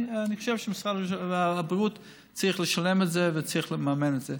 אני חושב שמשרד הבריאות צריך לשלם את זה וצריך לממן את זה.